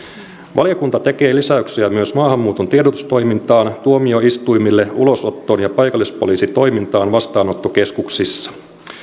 valiokunta tekee lisäyksiä myös maahanmuuton tiedotustoimintaan tuomioistuimille ulosottoon ja paikallispoliisitoimintaan vastaanottokeskuksissa